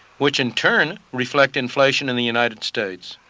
which in turn reflect inflation in the united states.